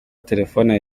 telefone